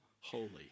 holy